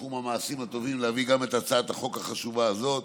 ובתחום המעשים הטובים להביא גם את הצעת החוק החשובה הזאת,